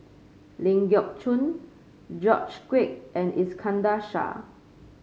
Ling Geok Choon George Quek and Iskandar Shah